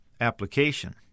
application